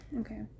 okay